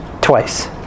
Twice